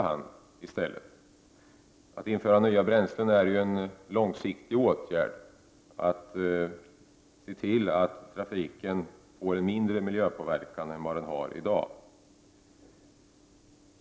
Att införa nya bränslen är en långsiktig åtgärd, ett sätt att se till att trafiken får mindre miljöpåverkan än den har i dag.